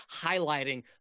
highlighting